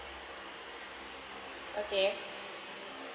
okay